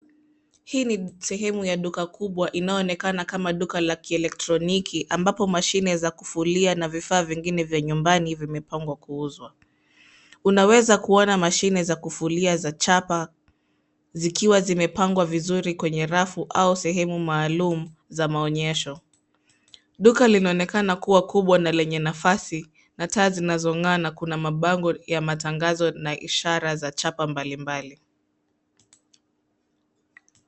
Hii ni sehemu ya duka kubwa inayoonekana kama duka la kielektroniki ambapo mashine za kufulia na vifaa vingine vya nyumbani vimepangwa kuuzwa. Unaweza kuona mashine za kufulia za chapa zikiwa zimepangwa vizuri kwenye rafu au sehemu maalum za maonyesho. Duka linaonekana kuwa kubwa na lenye nafasi. Na taa zinazong'ana kuna mabango ya matangazo na ishara za chapa mbalimbali.